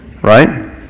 Right